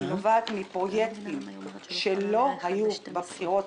נובע מפרויקטים שלא היו בבחירות